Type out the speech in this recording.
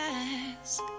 ask